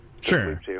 Sure